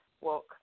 walk